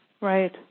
Right